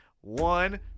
One